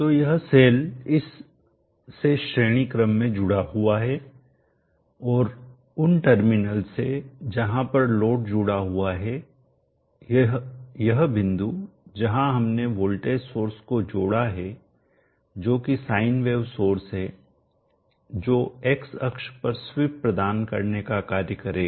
तो यह सेल इस से श्रेणी क्रम में जुड़ा हुआ है और उन टर्मिनल से जहां पर लोड जुड़ा हुआ है यह बिंदु जहां हमने वोल्टेज सोर्स को जोड़ा है जो कि साइन वेव सोर्स है जो X अक्ष पर स्वीप प्रदान करने का कार्य करेगा